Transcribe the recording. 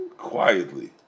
Quietly